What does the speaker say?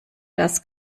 das